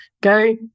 go